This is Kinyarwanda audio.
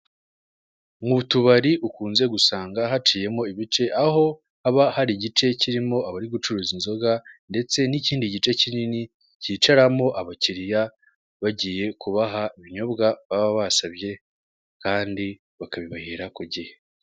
Mu tubari ukunze gusanga hacuyi ibice aho haba hari igice kirimo abari gucuruza inzoga ndetse n'ikindi gice kinini, kicaramo abakiriya bagiye kubaha ibinyobwa baba basabye kandi bakabibahera ku gihe.